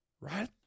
Right